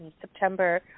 September